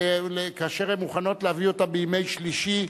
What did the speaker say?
כאשר הן מוכנות, להביא אותן בימי שלישי,